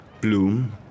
Bloom